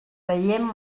veiem